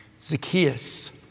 Zacchaeus